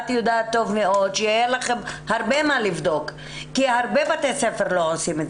את יודעת טוב מאוד שיהיה לכם הרבה מה לבדוק כי הרבה בתי ספר לא עושים את